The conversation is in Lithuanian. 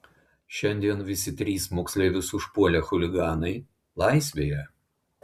šiandien visi trys moksleivius užpuolę chuliganai laisvėje